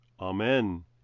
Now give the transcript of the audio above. Amen